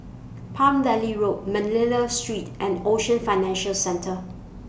Palm Valley Road Manila Street and Ocean Financial Centre